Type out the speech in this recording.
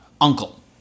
uncle